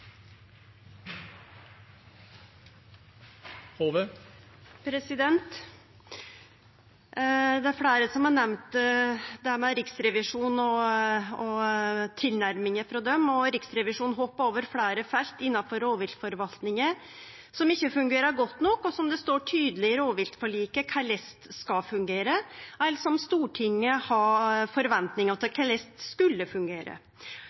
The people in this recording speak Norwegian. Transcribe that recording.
fleire som har nemnt det med Riksrevisjonen og tilnærminga deira. Riksrevisjonen hoppa over fleire felt innanfor rovviltforvaltninga som ikkje fungerer godt nok, og som det står tydeleg i rovviltforliket korleis skal fungere, eller som Stortinget har forventningar til korleis skulle fungere.